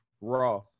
raw